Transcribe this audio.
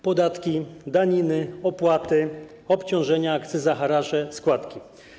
Podatki, daniny, opłaty, obciążenia, akcyza, haracze, składki.